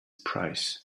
price